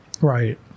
Right